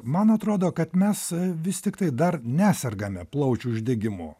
man atrodo kad mes vis tiktai dar nesergame plaučių uždegimu